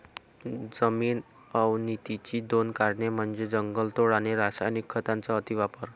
जमीन अवनतीची दोन कारणे म्हणजे जंगलतोड आणि रासायनिक खतांचा अतिवापर